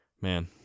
Man